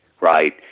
Right